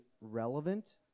relevant